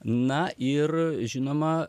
na ir žinoma